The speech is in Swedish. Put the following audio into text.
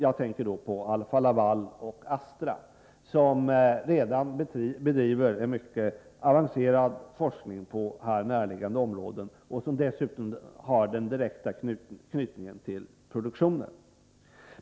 Jag tänker då på Alfa-Laval och Astra, som redan bedriver en mycket avancerad forskning på näraliggande områden och som dessutom har den direkta knytningen till produktionen.